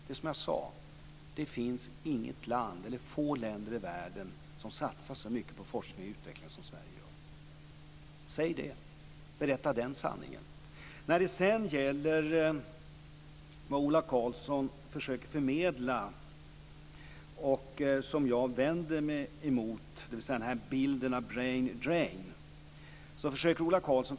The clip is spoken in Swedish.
Det är som jag sade: Det finns få länder i världen som satsar så mycket på forskning och utveckling som Sverige gör. Säg det. Berätta den sanningen. Ola Karlsson försöker förmedla en bild av brain drain som jag vänder mig emot.